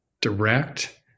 direct